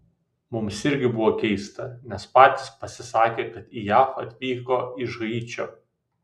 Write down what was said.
mums irgi buvo keista nes patys pasisakė kad į jav atvyko iš haičio